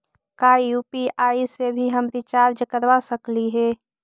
का यु.पी.आई से हम रिचार्ज करवा सकली हे?